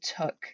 took